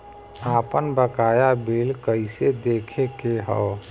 आपन बकाया बिल कइसे देखे के हौ?